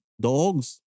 dogs